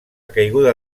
caiguda